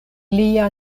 lia